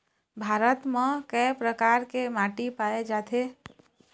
भारत म कय प्रकार के माटी पाए जाथे?